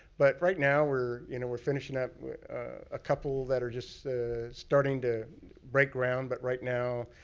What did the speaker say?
but, right now, we're you know we're finishing up a couple that are just starting to break ground. but, right now,